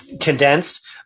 condensed